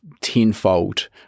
tenfold